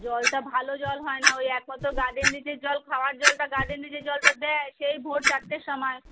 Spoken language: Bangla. জলটা ভালো জল হয় না ওই একমাত্র গার্ডেনরিচের জল খাওয়ার জলটা গার্ডেনরিচের জলটা দেয় সেই ভোর চারটের সময়